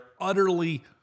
utterly